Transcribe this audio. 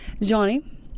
Johnny